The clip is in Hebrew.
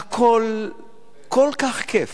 שהכול בה כל כך כיף,